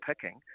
picking